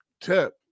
tip